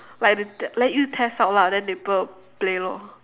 like you they let you test out lah then people will play lor